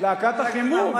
להקת החימום.